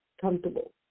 comfortable